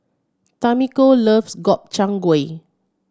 Tamiko loves Gobchang Gui